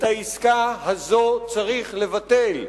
את העסקה הזאת צריך לבטל.